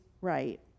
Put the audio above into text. right